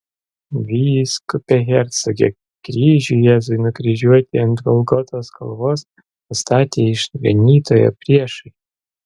vyskupe hercoge kryžių jėzui nukryžiuoti ant golgotos kalvos pastatė išganytojo priešai